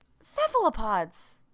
Cephalopods